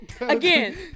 Again